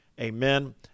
Amen